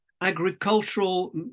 agricultural